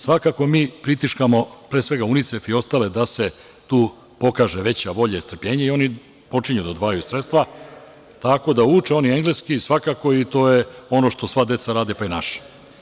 Svakako, mi pritiskamo pre svega UNICEF i ostale da se tu pokaže veća volja i strpljenje i oni počinju da odvajaju sredstva, tako da, uče oni engleski, svakako i to je ono što sva deca rade, pa i naša.